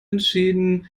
entschieden